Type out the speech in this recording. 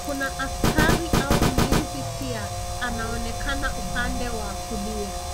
Kuna askari au mlinzi pia, anaonekana upande wa kulia.